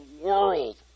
world